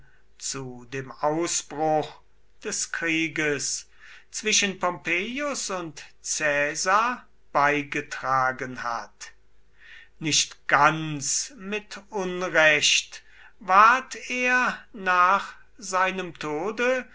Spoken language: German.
zu dem ausbruch des krieges zwischen pompeius und caesar beigetragen hat nicht ganz mit unrecht ward er nach seinem tode